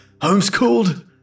homeschooled